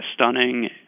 stunning